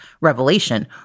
revelation